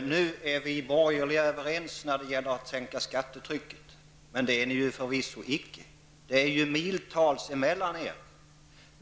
Nu är vi borgerliga överens när det gäller att sänka skattetrycket. Det är ni förvisso icke. Det är ju miltals emellan er.